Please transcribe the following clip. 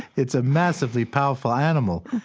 it's a massively powerful animal.